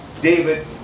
David